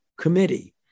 committee